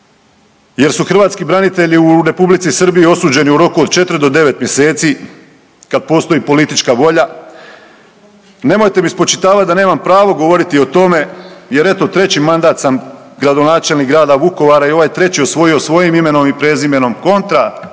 jer su hrvatski branitelju Republici Srbiji osuđeni u roku od 4 do 9 mjeseci kad postoji politička volja. Nemojte mi spočitavati da nemam pravo govoriti o tome jer eto 3 mandat sam gradonačelnik grada Vukovara i ovaj 3 osvojio svojim imenom i prezimenom kontra